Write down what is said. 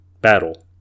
battle